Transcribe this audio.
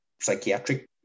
psychiatric